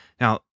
now